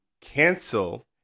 cancel